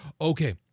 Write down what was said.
Okay